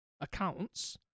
accounts